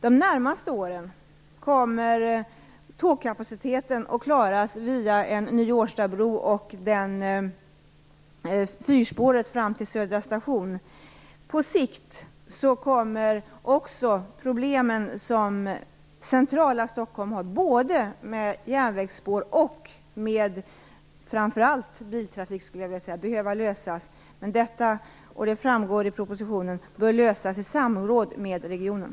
De närmaste åren kommer tågkapaciteten att klaras via en ny Årstabro och fyrspåret fram till Södra station. På sikt kommer de problem som centrala Stockholm har, med järnvägsspår och framför allt biltrafik, också att behöva lösas. Detta - det framgår i propositionen - bör lösas i samråd med regionen.